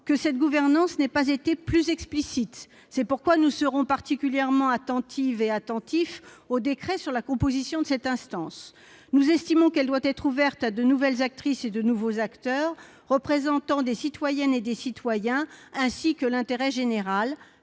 que sa gouvernance ne soit pas précisée. C'est pourquoi nous serons particulièrement attentives et attentifs au décret qui fixera la composition de cette instance. Nous estimons qu'elle doit être ouverte à de nouvelles actrices et de nouveaux acteurs représentant des citoyennes et des citoyens et de l'intérêt général